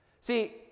See